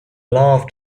love